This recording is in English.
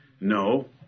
No